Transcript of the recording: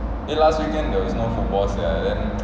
then last weekend there was not football sia then